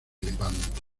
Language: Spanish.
lepanto